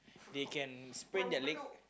they can sprain their leg